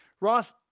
Ross